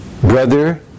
Brother